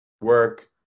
work